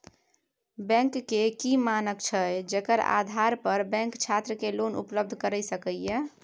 Bank के की मानक छै जेकर आधार पर बैंक छात्र के लोन उपलब्ध करय सके ये?